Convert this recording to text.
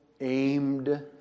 aimed